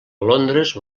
londres